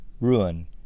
ruin